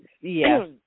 Yes